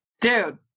Dude